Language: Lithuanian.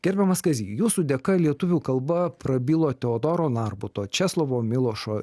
gerbiamas kazy jūsų dėka lietuvių kalba prabilo teodoro narbuto česlovo milošo